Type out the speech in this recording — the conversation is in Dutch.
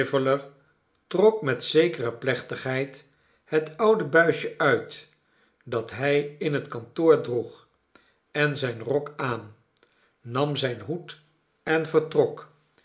trok met zekere plechtigheid het oude buisje uit dat hij in het kantoor droeg en zijn rok aan nam zijn hoed en vertrok